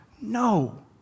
No